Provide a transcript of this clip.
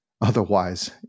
Otherwise